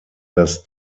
das